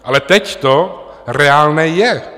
Ale teď to reálné je.